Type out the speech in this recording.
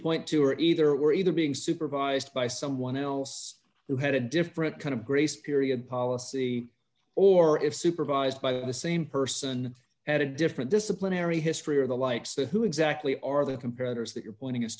point to are either or either being supervised by someone else who had a different kind of grace period policy or if supervised by the same person had a different disciplinary history or the like so who exactly are they compare others that you're pointing